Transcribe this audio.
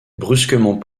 brusquement